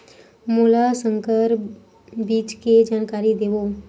मोला संकर बीज के जानकारी देवो?